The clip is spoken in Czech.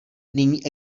nyní